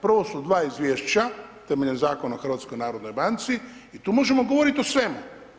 Prvo su dva izvješća, temeljem Zakon o HNB-u i tu možemo govoriti o svemu.